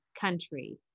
country